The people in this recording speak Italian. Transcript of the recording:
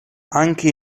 anche